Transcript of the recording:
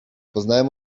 poznałem